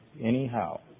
Anyhow